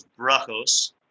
Brachos